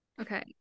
okay